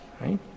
right